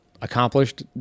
accomplished